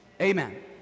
amen